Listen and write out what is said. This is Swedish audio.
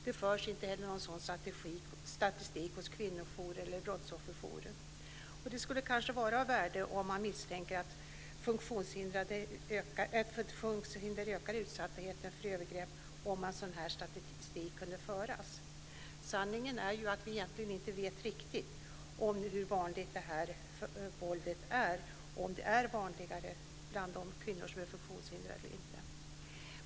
Det förs inte heller någon sådan statistik hos kvinnojourer eller brottsofferjourer. Det skulle kanske vara av värde om man misstänker att funktionshinder ökar utsattheten för övergrepp om en sådan statistik kunde föras. Sanningen är ju att vi egentligen inte riktigt vet hur vanligt det här våldet är och om det är vanligare bland de kvinnor som är funktionshindrade eller inte.